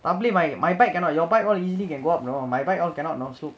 probably my my bike all easy can go out you know my bike cannot you know